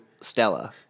Stella